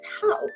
house